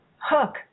hook